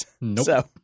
Nope